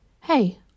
hey